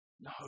no